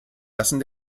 lassen